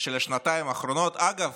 של השנתיים האחרונות, אגב,